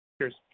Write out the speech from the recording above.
Cheers